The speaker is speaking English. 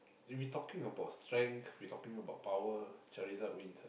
if we talking about strength we talking about power Charizard wins ah